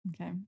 Okay